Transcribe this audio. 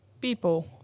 people